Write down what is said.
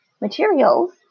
materials